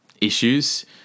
issues